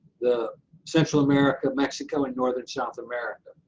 the central america, mexico, and north and south america.